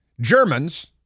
Germans